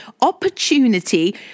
opportunity